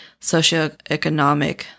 socioeconomic